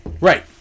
Right